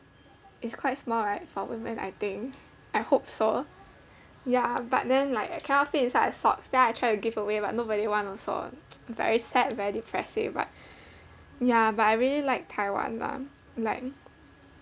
it's quite small right for women I think I hope so ya but then like I cannot fit inside a socks then I tried to give away but nobody want also very sad very depressing but ya but I really like taiwan lah like